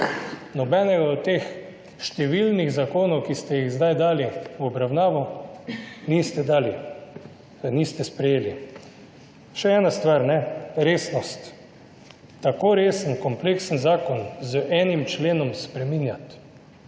nobenega od teh številnih zakonov, ki ste jih zdaj dali v obravnavo, niste sprejeli. Še ena stvar. Resnost. Tako resen, kompleksen zakon z enim členom spreminjati,